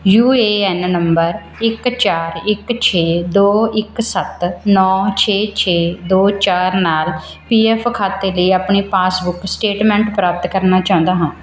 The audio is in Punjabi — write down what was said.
ਯੂ ਏ ਐਨ ਨੰਬਰ ਇੱਕ ਚਾਰ ਇੱਕ ਛੇ ਦੋ ਇੱਕ ਸੱਤ ਨੌ ਛੇ ਛੇ ਦੋ ਚਾਰ ਨਾਲ ਪੀ ਐਫ ਖਾਤੇ ਲਈ ਆਪਣੀ ਪਾਸਬੁੱਕ ਸਟੇਟਮੈਂਟ ਪ੍ਰਾਪਤ ਕਰਨਾ ਚਾਹੁੰਦਾ ਹਾਂ